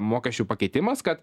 mokesčių pakeitimas kad